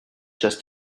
just